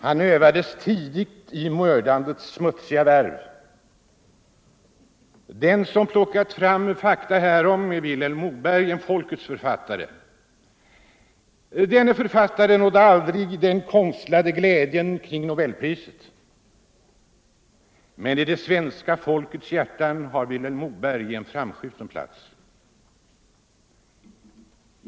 Han övades tidigt i mördandets smutsiga värv. Den som plockat fram fakta härom är Vilhelm Moberg, en folkets författare. Denna författare nådde aldrig den konstlade glansen kring Nobelpriset. Men i det svenska folkets hjärtan har Vilhelm Moberg en framskjuten plats.